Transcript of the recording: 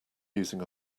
using